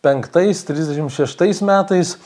penktais trisdešim šeštais metais